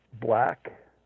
black